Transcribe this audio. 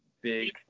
big